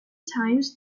times